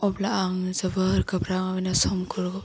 अब्ला आङो जोबोर गोब्राबैनो समफोरखौ